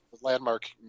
landmark